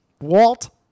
Walt